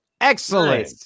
Excellent